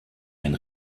ein